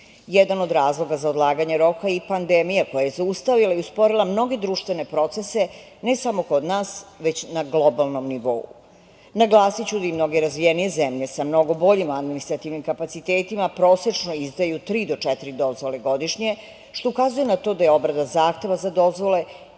nivou. Jedan od razloga za odlaganje roka je i pandemija koja je zaustavila i usporila mnoge društvene procese, ne samo kod nas, već na globalnom nivou. Naglasiću da i mnoge razvijenije zemlje sa mnogo boljim administrativnim kapacitetima prosečno izdaju tri do četiri dozvole godišnje, što ukazuje na to da je obrada zahteva za dozvole